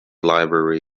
library